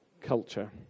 culture